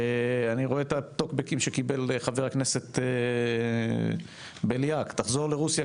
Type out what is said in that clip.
אני רואה את הטוקבקים שקיבל חבר הכנסת בליאק "תחזור לרוסיה,